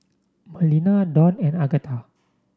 Melina Dawne and Agatha